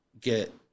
get